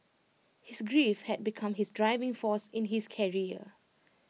his grief had become his driving force in his career